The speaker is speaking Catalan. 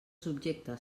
subjecte